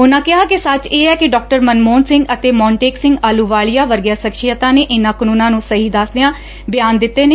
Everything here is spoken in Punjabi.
ਉਨਹਾਂ ਕਿਹਾ ਕਿ ਸੱਚ ਇਹ ਹੈ ਕਿ ਡਾਕਟਰ ਮਨਮੋਹਨ ਸਿੰਘ ਅਤੇ ਮੋਨਟੇਕ ਸਿੰਘ ਆਹਲੁਵਾਲੀਆ ਵਰਗੀਆਂ ਸ਼ਖਸੀਅਤਾਂ ਨੇ ਇਹਨਾਂ ਕਾਨੂੰਨਾਂ ਨੂੰ ਸਹੀ ਦੱਸਦਿਆਂ ਬਿਆਨ ਦਿੱਤੇ ਨੇ